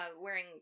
wearing